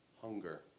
Hunger